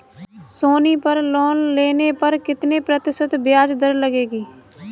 सोनी पर लोन लेने पर कितने प्रतिशत ब्याज दर लगेगी?